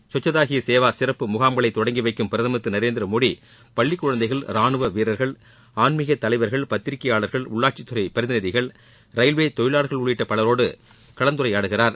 ஸ்வச்சதாக ஹி சேவா சிறப்பு முகாம்களை தொடங்கிவைக்கும் பிரதமர் திரு நரேந்திரமோடி பள்ளி குழந்தைகள் ரானுவ வீரர்கள் ஆன்மீகத் தலைவர்கள் பத்திரிகையாளர்கள் உள்ளாட்சித்துறை பிரதிநிதிகள் ரயில்வே தொழிலாளர்கள் உள்ளிட்ட பலருடன் கலந்துரையாடுகிறார்